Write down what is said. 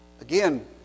Again